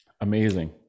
Amazing